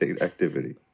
activity